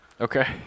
Okay